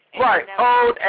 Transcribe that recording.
Right